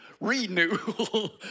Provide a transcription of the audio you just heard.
Renewal